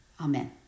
Amen